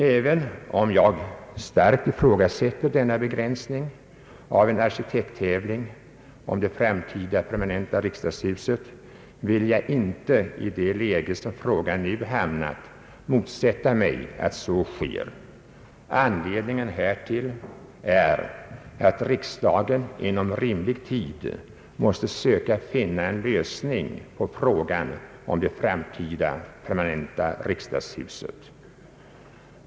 Fastän jag starkt ifrågasätter denna begränsning av en arkitekttävling om det framtida permanenta riksdagshuset, vill jag icke i det läge vari frågan nu hamnat motsätta mig förslaget. Anledningen härtill är att riksdagen inom rimlig tid måste söka finna en lösning på frågan om det framtida permanenta riksdagshuset.